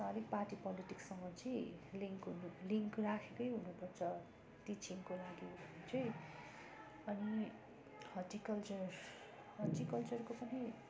त्यसमा अलिक पार्टी पोलिटिक्ससँग चाहिँ लिङ्क हुनु लिङ्क राखेकै हुनु पर्छ टिचिङको लागि भने चाहिँ अनि हर्टिकल्चर हर्टिकल्चरको पनि